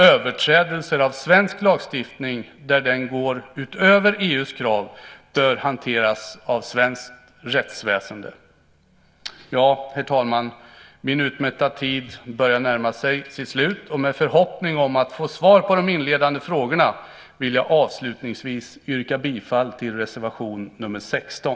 Överträdelser av svensk lagstiftning där den går utöver EU:s krav bör hanteras av svenskt rättsväsende. Herr talman! Min utmätta tid börjar närma sig sitt slut. Med förhoppning om att få svar på de inledande frågorna vill jag avslutningsvis yrka bifall till reservation nr 16.